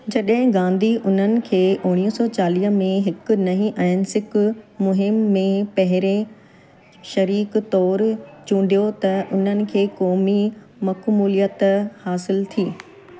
जॾहिं गांधी उन्हनि खे उणिवीह सौ चालीअ में हिकु नई अहिंसक मुहिम में पहिरें शरीकु तौरु चूंडियो त उन्हनि खे क़ौमी मकबूलियत हासिलु थी